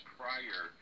prior